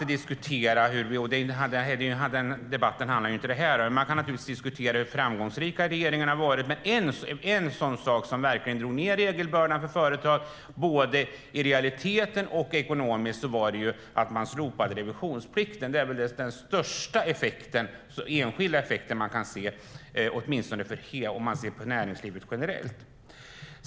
Den här debatten handlar inte om företag, men vi kan naturligtvis diskutera hur framgångsrik regeringen har varit. En sak som har minskat regelbördan för företag både i realiteten och ekonomiskt var slopandet av revisionsplikten. Det är väl den största enskilda effekten vi kan se på näringslivet generellt.